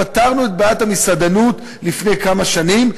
פתרנו את בעיית המסעדנות לפני כמה שנים.